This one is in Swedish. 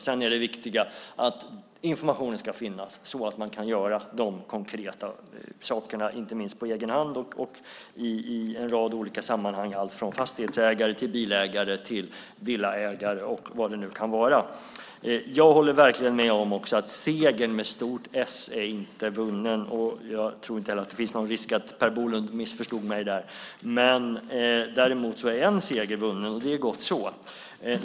Det viktiga är att informationen finns så att man kan göra konkreta saker på egen hand i olika sammanhang. Det gäller fastighetsägare, bilägare, villaägare och vad det nu kan vara. Jag håller verkligen med om att segern - med stort S - inte är vunnen. Jag tror inte att det finns någon risk att Per Bolund missförstod mig. Däremot är en seger vunnen. Det är gott så.